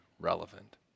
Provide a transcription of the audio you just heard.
relevant